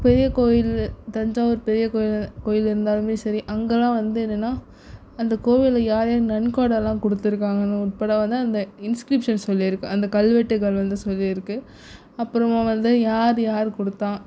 பெரிய கோயில் தஞ்சாவூர் பெரிய கோயில் கோயில் இருந்தாலும் சரி அங்கேலாம் வந்து என்னெனா அந்த கோயிலில் யார் யாரு நன்கொடைலாம் கொடுத்துருக்காங்க உட்பட வந்து அந்த இன்ஸ்கிரிப்ஷன் சொல்லி இருக்குது அந்த கல்வெட்டுகள் வந்து சொல்லியிருக்கு அப்புறமா வந்து யார் யார் கொடுத்தா